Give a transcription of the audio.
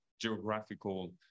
geographical